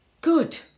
Good